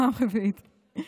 פעם רביעית.